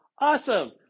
awesome